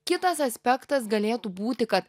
kitas aspektas galėtų būti kad